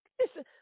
listen